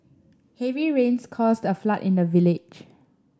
heavy rains caused a flood in the village